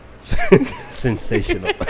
Sensational